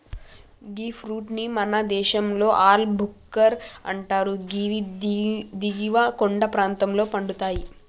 గీ fruit ని మన దేశంలో ఆల్ భుక్కర్ అంటరు గివి దిగువ కొండ ప్రాంతంలో పండుతయి